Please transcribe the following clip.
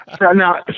Now